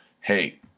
Hey